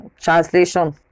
Translation